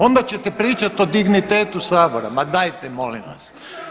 Onda ćete pričat o dignitetu sabora, ma dajte molim vas.